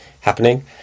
happening